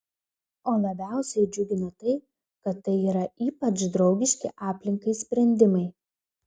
o labiausiai džiugina tai kad tai yra ypač draugiški aplinkai sprendimai